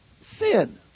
sin